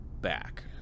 back